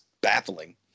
baffling